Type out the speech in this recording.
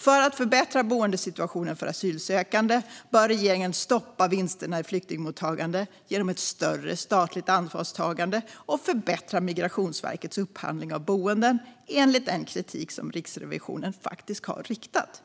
För att förbättra boendesituationen för asylsökande bör regeringen stoppa vinsterna i flyktingmottagandet genom ett större statligt ansvarstagande och förbättra Migrationsverkets upphandling av boenden enligt den kritik som Riksrevisionen faktiskt har riktat.